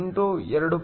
8 2